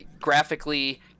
graphically